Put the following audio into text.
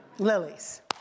lilies